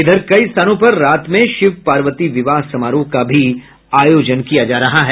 इधर कई स्थानों पर रात में शिव पार्वती विवाह समारोह का भी आयोजन किया जा रहा है